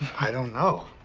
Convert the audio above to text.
i don't know.